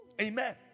amen